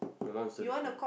your mom's thirty four